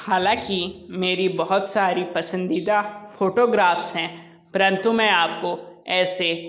हालांकि मेरी बहुत सारी पसंदीदा फ़ोटोग्राफ्स हैं परंतु मैं आप को ऐसे